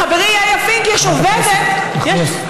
לחברי יאיא פינק יש עובדת, חברת הכנסת נחמיאס.